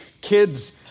kids